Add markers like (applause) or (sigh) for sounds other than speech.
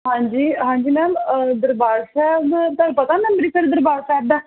ਹਾਂਜੀ ਹਾਂਜੀ ਮੈਮ ਦਰਬਾਰ ਸਾਹਿਬ ਤੁਹਾਨੂੰ ਪਤਾ ਮੈਮ (unintelligible) ਦਰਬਾਰ ਸਾਹਿਬ ਦਾ